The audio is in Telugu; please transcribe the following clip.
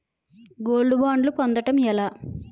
గోల్డ్ బ్యాండ్లను పొందటం ఎలా?